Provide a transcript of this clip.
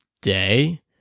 day